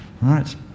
right